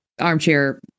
armchair